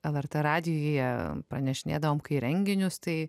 lrt radijuje pranešinėdavom kai renginius tai